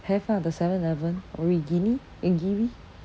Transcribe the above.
have ah the seven eleven origini eh giri